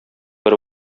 бер